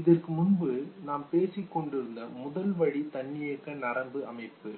இதற்கு முன்பு நாம் பேசிக்கொண்டிருந்த முதல் வழி தன்னியக்க நரம்பு அமைப்பு